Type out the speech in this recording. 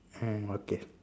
hmm okay